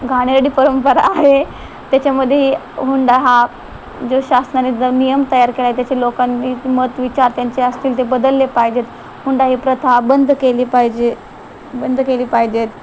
घाणेरडी परंपरा आहे त्याच्यामध्येही हुंडा हा जो शासनाने जर नियम तयार केला आहे त्याच्या लोकांनी मत विचार त्यांचे असतील ते बदलले पाहिजेत हुंडा ही प्रथा बंद केली पाहिजे बंद केली पाहिजेत